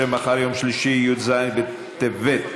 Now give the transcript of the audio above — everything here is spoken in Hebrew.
הצעת החוק עברה בקריאה ראשונה ותעבור לוועדת העבודה,